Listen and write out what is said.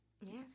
Yes